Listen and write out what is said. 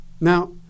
Now